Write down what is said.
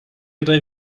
yra